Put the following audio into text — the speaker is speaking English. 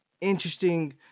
interesting